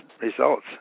results